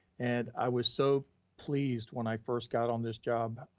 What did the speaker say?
and i was so pleased, when i first got on this job,